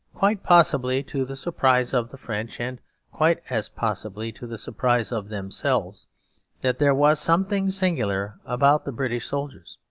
quite possibly to the surprise of the french, and quite as possibly to the surprise of themselves that there was something singular about the british soldiers.